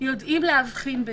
יודעים להבחין ביניהן.